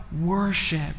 worship